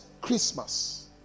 Christmas